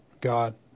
God